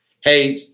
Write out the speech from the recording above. Hey